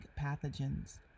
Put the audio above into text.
pathogens